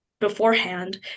beforehand